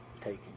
Taking